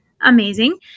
amazing